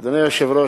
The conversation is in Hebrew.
אדוני היושב-ראש,